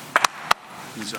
דקות,